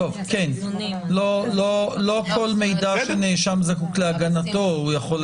לא כל מידע שנאשם זקוק להגנתו הוא יכול לקבל.